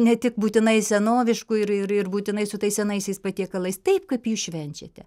ne tik būtinai senoviškų ir ir ir būtinai su tais senaisiais patiekalais taip kaip jūs švenčiate